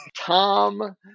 Tom